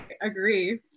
agree